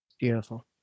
Beautiful